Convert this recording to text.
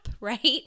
right